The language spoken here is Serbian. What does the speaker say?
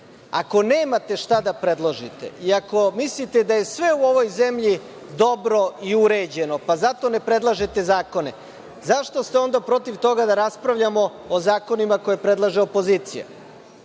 Ako nemate šta da predložite i ako mislite da je sve u ovoj zemlji dobro i uređeno, pa zato ne predlažete zakone. Zašto ste onda protiv toga da raspravljamo o zakonima koji predlaže opozicija?